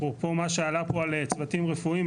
אפרופו מה שעלה פה על צוותים רפואיים,